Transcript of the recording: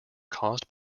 caused